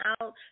out